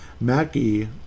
Mackie